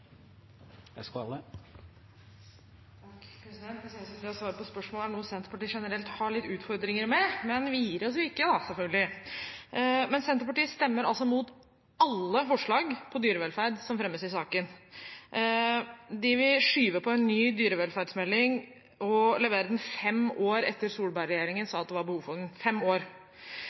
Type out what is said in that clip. Det ser ut som at det å svare på spørsmål er noe Senterpartiet generelt har litt utfordringer med, men vi gir oss jo ikke, selvfølgelig. Men Senterpartiet stemmer altså imot alle forslag for dyrevelferd som fremmes i saken. De vil skyve på en ny dyrevelferdsmelding og levere den fem år etter at Solberg-regjeringen sa at det var behov for den – fem år.